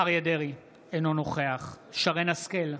אריה מכלוף דרעי, אינו נוכח שרן מרים השכל,